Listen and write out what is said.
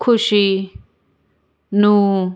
ਖੁਸ਼ੀ ਨੂੰ